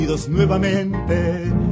nuevamente